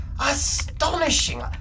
Astonishing